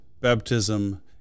baptism